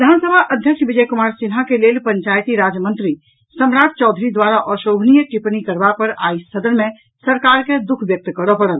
विधान सभा अध्यक्ष विजय कुमार सिन्हा के लेल पंचायती राज मंत्री सम्राट चौधरी द्वारा अशोभनीय टिप्पणी करबा पर आइ सदन मे सरकार के दुःख व्यक्त करऽ परल